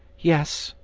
yes.